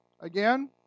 Again